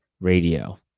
Radio